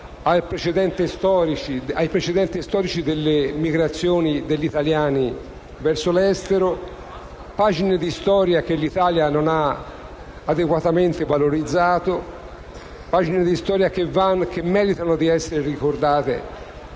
ai precedenti storici delle migrazioni degli italiani verso l'estero. Si tratta di pagine di storia che l'Italia non ha adeguatamente valorizzato e che meritano di essere ricordate.